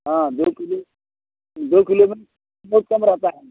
हाँ दो किलो दो किलो में बहुत कम रहता है